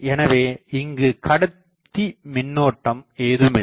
எனவே இங்குக் கடத்திமின்னோட்டம் ஏதுமில்லை